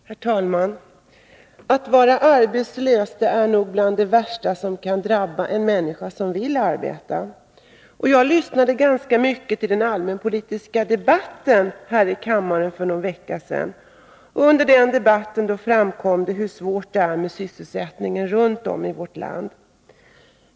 Herr talman! Att vara arbetslös är nog bland det värsta som kan drabba en människa som vill arbeta. Jag lyssnade ganska noga till den allmänpolitiska debatten här i kammaren för någon vecka sedan. Under den debatten framkom det hur svårt det är med sysselsättningen runt om i vårt land.